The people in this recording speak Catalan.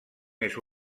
més